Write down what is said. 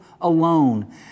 alone